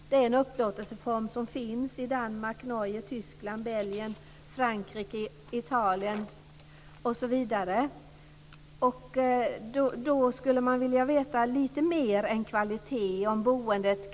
Det är en upplåtelseform som finns i Danmark, Norge, Tyskland, Belgien, Frankrike, Italien osv. Man skulle vilja veta lite mer än bara om kvaliteten.